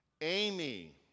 Amy